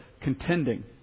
contending